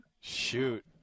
Shoot